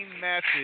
matches